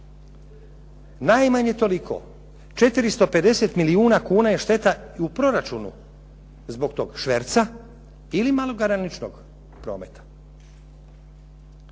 Najmanje toliko. 450 milijuna kuna je šteta i u proračunu zbog tog šverca ili malograničnog prometa.